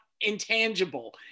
intangible